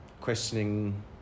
questioning